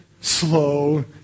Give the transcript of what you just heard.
slow